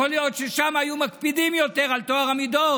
יכול להיות ששם היו מקפידים יותר על טוהר המידות